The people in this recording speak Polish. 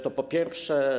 To po pierwsze.